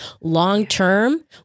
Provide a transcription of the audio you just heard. long-term